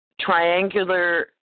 triangular